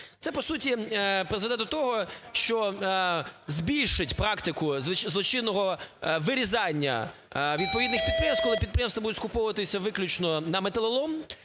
Це, по суті, призведе до того, що збільшить практику злочинного вирізання відповідних підприємств, коли підприємства будуть скуповуватися виключно на металолом,